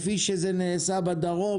אם זה נעשה בדרום,